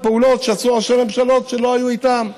על פעולות שעשו ראשי ממשלות שלא היו איתם.